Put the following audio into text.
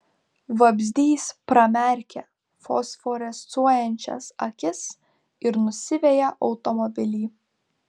vabzdys pramerkia fosforescuojančias akis ir nusiveja automobilį